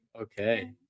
Okay